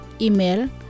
Email